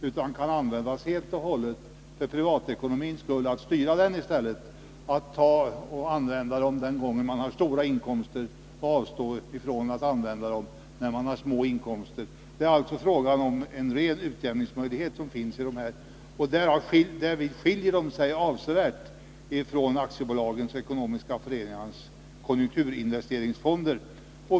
Dessa medel kan i stället användas för att styra privatekonomin — man avsätter medel till den när man har stora inkomster och låter bli att göra det när man har små inkomster. Det är alltså fråga om en ren utjämningsmöjlighet. Däri skiljer sig den allmänna investeringsreserven avsevärt från aktiebolags och ekonomiska föreningars konjunkturinvesteringsfonder.